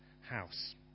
house